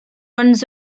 runs